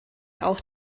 auch